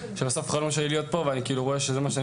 כשהחלום שלי להיות פה וזה מה שאני